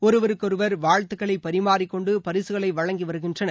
ஒருவருக்கொருவர் வாழ்த்துக்களை பரிமாறிக்கொண்டு பரிசுகளை வழங்கி வருகின்றனர்